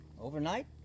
Overnight